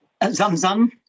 Zamzam